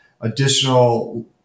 additional